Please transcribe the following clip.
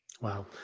Wow